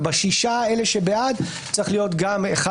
כשבשישה האלה בעד צריך להיות גם אחד